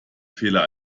fehler